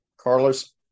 Carlos